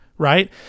right